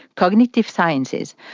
cognitive sciences,